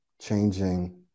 changing